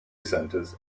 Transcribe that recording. centres